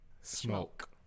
Smoke